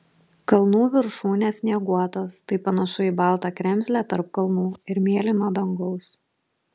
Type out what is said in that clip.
kalnų viršūnės snieguotos tai panašu į baltą kremzlę tarp kalnų ir mėlyno dangaus